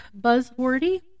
buzzwordy